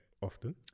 often